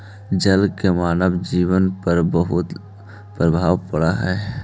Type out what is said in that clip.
जल के मानव जीवन पर बहुत प्रभाव पड़ऽ हई